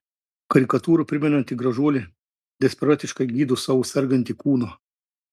karikatūrą primenanti gražuolė desperatiškai gydo savo sergantį kūną